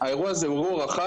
האירוע הזה הוא אירוע רחב,